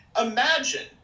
Imagine